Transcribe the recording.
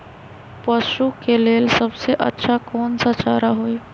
पशु के लेल सबसे अच्छा कौन सा चारा होई?